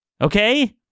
okay